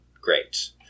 Great